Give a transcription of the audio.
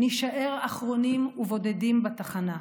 נישאר אחרונים ובודדים בתחנה.